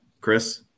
Chris